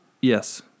Yes